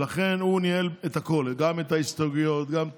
לכן הוא ניהל את הכול, גם את ההסתייגות, גם את,